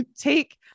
take